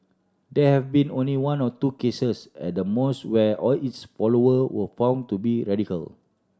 there have been only one or two cases at the most where all its follower were found to be radical